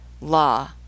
Law